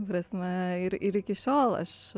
prasme ir ir iki šiol aš